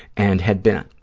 and had been,